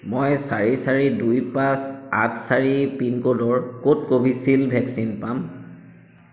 মই চাৰি চাৰি দুই পাঁচ আঠ চাৰি পিনক'ডৰ ক'ত কোভিচিল্ড ভেকচিন পাম